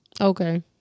Okay